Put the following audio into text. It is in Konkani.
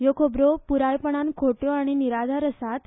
ह्यो खबरो प्रायपणान खोट्यो आनी निराधार आसात